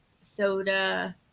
soda